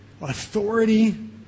authority